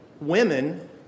women